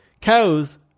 cows